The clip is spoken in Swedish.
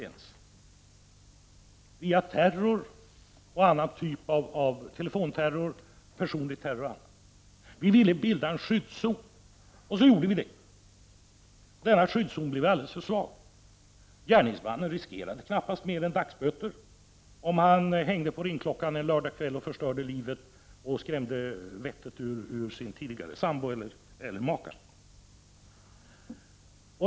Han fick inte utsätta någon för telefonterror, personlig terror o.d. Vi ville bilda en skyddszon. Vi gjorde det, men denna skyddszon blev alldeles otillräcklig. Gärningsmannen riskerade knappast mer än dagsböter, om han hängde på ringklockan en lördagkväll, förstörde livet för och skrämde vettet ur sin tidigare sambo eller maka.